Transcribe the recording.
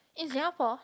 in Singapore